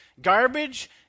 Garbage